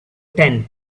tenth